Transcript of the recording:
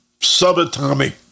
subatomic